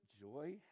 joy